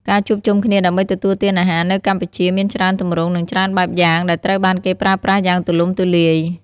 ការជួបជុំគ្នាដើម្បីទទួលទានអាហារនៅកម្ពុជាមានច្រើនទម្រង់និងច្រើនបែបយ៉ាងដែលត្រូវបានគេប្រើប្រាស់យ៉ាងទូលំទូលាយ។